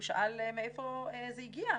הוא שאל מהיכן זה הגיע,